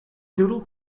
doodle